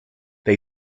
they